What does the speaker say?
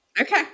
okay